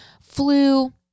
flu